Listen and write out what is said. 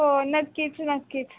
हो नक्कीच नक्कीच